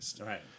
Right